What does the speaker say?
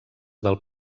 del